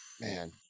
Man